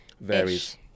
Varies